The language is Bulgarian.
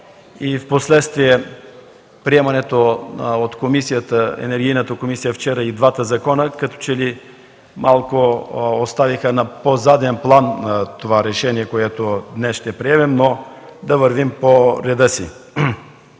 и впоследствие приемането от Енергийната комисия вчера и на двата законопроекта, което като че ли остави малко на по-заден план това решение, което днес ще приемем. Но да вървим по реда си.